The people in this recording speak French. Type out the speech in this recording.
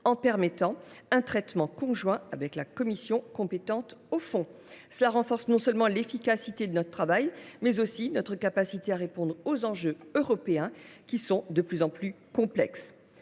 en permettant un traitement conjoint avec la commission compétente sur le fond. Cela renforce non seulement l’efficacité de notre travail, mais aussi notre capacité à répondre aux enjeux européens, qui sont de plus en plus complexes.